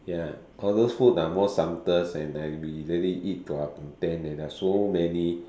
ya all those food are more sumptuous and we really eat to our content and there are so many